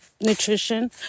nutrition